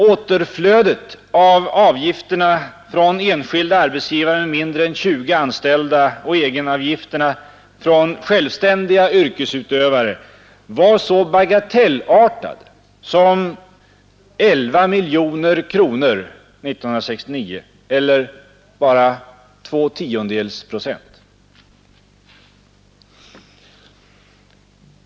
Återflödet av avgifterna från enskilda arbetsgivare med mindre än 20 anställda och av egenavgifterna från självständiga yrkesutövare var så bagatellartat som 11 miljoner kronor 1969 eller bara 0,2 procent av den totala utlåningen.